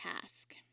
task